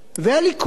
והליכוד,